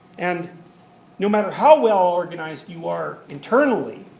and no matter how well-organised you are internally,